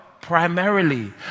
primarily